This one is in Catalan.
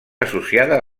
associada